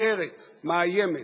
אחרת, מאיימת.